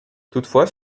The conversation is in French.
toutefois